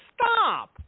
Stop